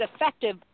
effective